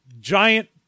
giant